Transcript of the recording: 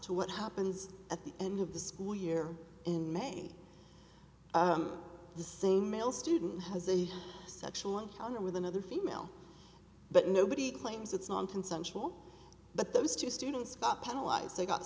to what happens at the end of the school year in may the same male student has a sexual encounter with another female but nobody claims it's nonconsensual but those two students got penalize they got